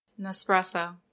Nespresso